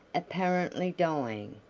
apparently dying.